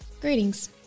Greetings